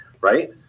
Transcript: right